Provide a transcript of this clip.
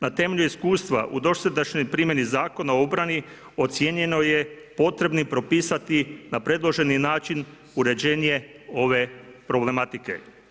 Na temelju iskustava u dosadašnjoj primjeni Zakona o obrani ocijenjeno je potrebno propisati na predloženi način uređenje ove problematike.